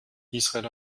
israel